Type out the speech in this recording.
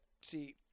see